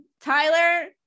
Tyler